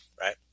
right